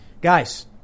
guys